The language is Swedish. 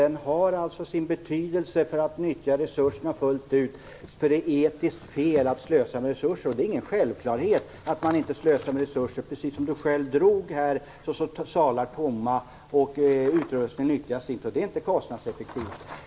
Den har alltså sin betydelse för att nyttja resurserna fullt ut, för det är etiskt fel att slösa med resurser. Det är ingen självklarhet att man inte slösar med resurser. Precis som Stig Sandström själv sade står salar tomma och utrustning nyttjas inte. Det är inte kostnadseffektivt.